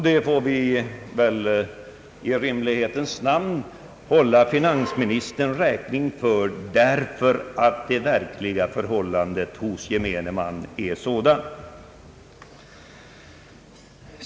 Det får vi väl i rimlighetens namn hålla finansministern räkning för, ty så är i själva verket förhållandet hos gemene man.